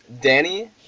Danny